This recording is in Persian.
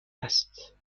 است